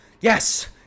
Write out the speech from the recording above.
yes